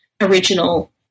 original